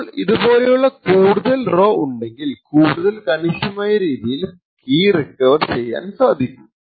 അപ്പോൾ ഇതുപോലുള്ള കൂടുതൽ റോ ഉണ്ടെങ്കിൽ കൂടുതൽ കണിശമായി കീ റിക്കവർ ചെയ്യാൻ സാധിക്കും